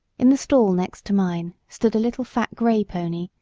in the stall next to mine stood a little fat gray pony,